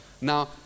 Now